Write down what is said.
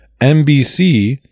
NBC